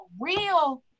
real